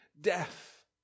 death